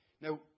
Now